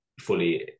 fully